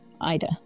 Ida